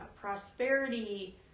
prosperity